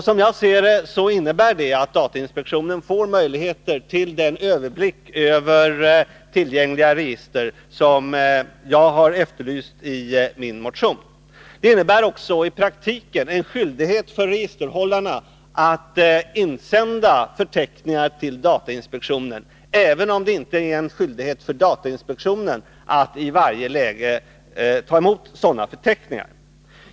Som jag ser saken innebär det att datainspektionen får möjlighet till en överblick över tillgängliga register, något som jag har efterlyst i min motion. I praktiken innebär det också en skyldighet för registerhållarna att insända förteckningar till datainspektionen, även om denna inte är skyldig att i varje läge ta emot sådana förteckningar.